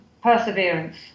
perseverance